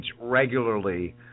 regularly